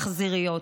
בחזיריות,